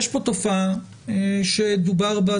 יש כאן תופעה שדובר בה.